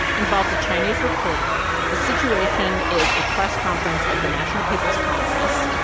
involves a chinese reporter. the situation is a press conference of the national people's congress.